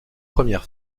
premières